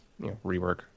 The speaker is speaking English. rework